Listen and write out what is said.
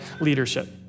leadership